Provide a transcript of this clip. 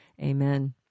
amen